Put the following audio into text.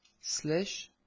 slash